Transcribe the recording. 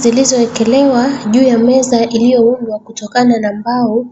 ...Zilizowekelewa juu ya meza iliyoundwa kutokana na mbao